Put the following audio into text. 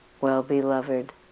well-beloved